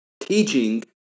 teaching